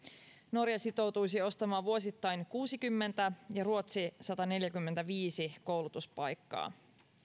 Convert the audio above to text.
norja sitoutuisi ostamaan vuosittain kuusikymmentä ja ruotsi sataneljäkymmentäviisi koulutuspaikkaa